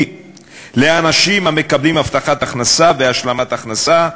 לאנשים המקבלים הבטחת הכנסה והשלמת הכנסה,